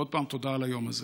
ועוד פעם, תודה על היום הזה.